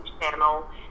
channel